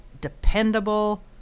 dependable